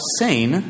sane